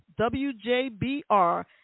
WJBR